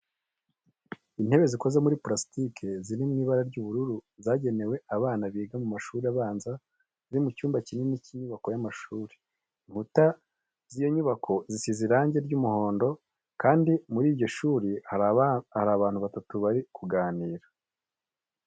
Intebe zikoze muri purasitike ziri mu ibara ry’ubururu zagenewe abana biga mu mashuri abanza ziri mu cyumba kinini cy’inyubako y’amashuri. Inkuta z’iyo nyubako zisize irangi ry’umuhondo kandi muri iryo shuri hari abantu batatu bari kuganira.